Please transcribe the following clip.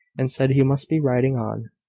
and said he must be riding on.